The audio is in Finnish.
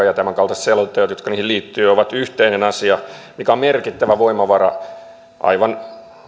ja tämänkaltaiset selonteot jotka niihin liittyvät ovat yhteinen asia mikä on merkittävä voimavara aivan